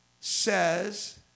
says